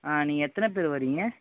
ஆ நீங்கள் எத்தனை பேர் வர்றீங்க